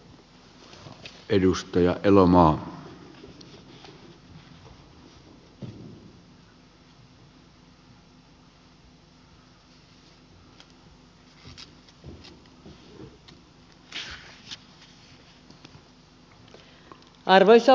arvoisa puhemies